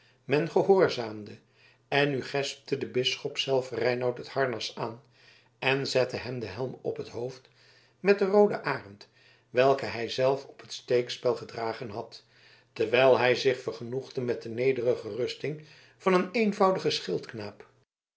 men gehoorzaamde en nu gespte de bisschop zelf reinout het harnas aan en zette hem den helm op t hoofd met den rooden arend welken hij zelf op het steekspel gedragen had terwijl hij zich vergenoegde met de nederige rusting van een eenvoudigen